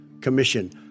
commission